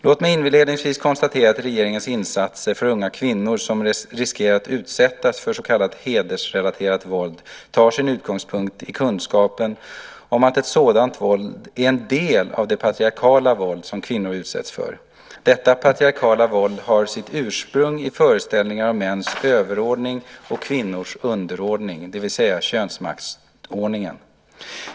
Låt mig inledningsvis konstatera att regeringens insatser för unga kvinnor som riskerar att utsättas för så kallat hedersrelaterat våld tar sin utgångspunkt i kunskapen om att sådant våld är en del av det patriarkala våld som kvinnor utsätts för. Detta patriarkala våld har sitt ursprung i föreställningar om mäns överordning och kvinnors underordning, det vill säga könsmaktsordningen.